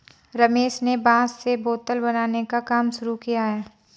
रमेश ने बांस से बोतल बनाने का काम शुरू किया है